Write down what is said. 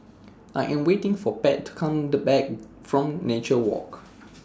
I Am waiting For Pat to Come to Back from Nature Walk